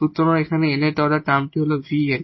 সুতরাং এখানে nth order টার্মটি হল 𝑣 𝑛